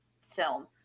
film